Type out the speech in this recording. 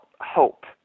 hope